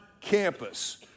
campus